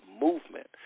movement